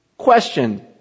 Question